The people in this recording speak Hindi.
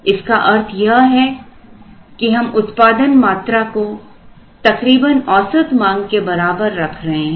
इसका अर्थ यह है कि हम उत्पादन मात्रा को तकरीबन औसत मांग के बराबर रख रहे हैं